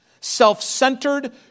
self-centered